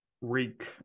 Reek